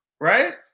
right